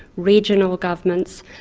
regional governments,